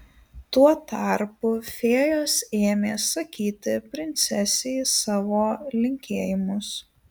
tuo tarpu fėjos ėmė sakyti princesei savo linkėjimus